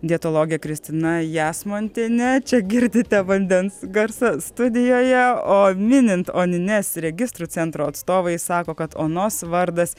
dietologė kristina jasmontienė čia girdite vandens garsą studijoje o minint onines registrų centro atstovai sako kad onos vardas